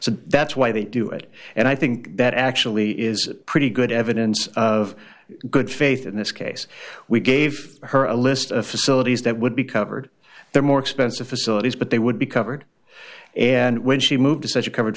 so that's why they do it and i think that actually is pretty good evidence of good faith in this case we gave her a list of facilities that would be covered the more expensive facilities but they would be covered and when she moved to such a covered